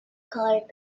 colored